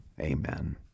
Amen